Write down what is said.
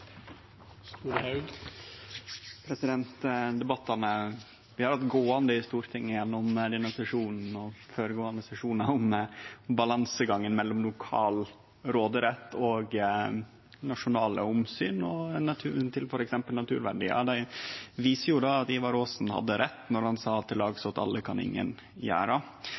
Debattane vi har hatt gåande i Stortinget gjennom denne sesjonen og føregåande sesjonar om balansegangen mellom lokal råderett og nasjonale omsyn når det gjeld f.eks. naturvern, viser at Ivar Aasen hadde rett når han sa at «til lags åt alle kan ingen gjera».